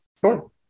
sure